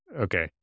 Okay